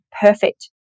perfect